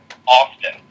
often